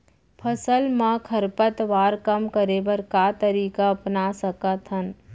फसल मा खरपतवार कम करे बर का तरीका अपना सकत हन?